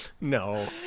No